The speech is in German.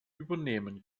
übernehmen